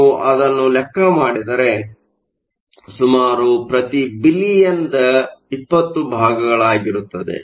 ನೀವು ಅದನ್ನು ಲೆಕ್ಕ ಮಾಡಿದರೆ ಸುಮಾರು ಪ್ರತಿ ಬಿಲಿಯನ್ದ 20 ಭಾಗಗಳಾಗಿರುತ್ತದೆ